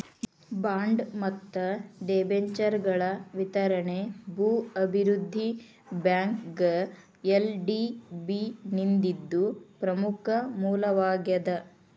bond ಮತ್ತ ಡಿಬೆಂಚರ್ಗಳ ವಿತರಣಿ ಭೂ ಅಭಿವೃದ್ಧಿ ಬ್ಯಾಂಕ್ಗ ಎಲ್.ಡಿ.ಬಿ ನಿಧಿದು ಪ್ರಮುಖ ಮೂಲವಾಗೇದ